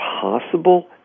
possible